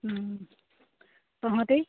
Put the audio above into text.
তহঁতি